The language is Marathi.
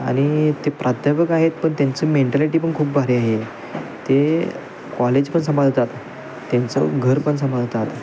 आणि ते प्राध्यापक आहेत पण त्यांचं मेंटॅलिटी पण खूप भारी आहे ते कॉलेज पण सांभाळतात त्यांचं घर पण सांभाळतात